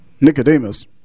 Nicodemus